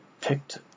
picked